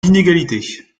l’inégalité